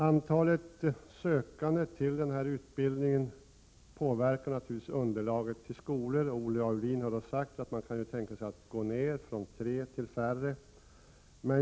Antalet sökande till denna utbildning påverkar naturligtvis underlaget för skolorna, och Olle Aulin har sagt att man kan tänka sig att gå ned från tre till färre.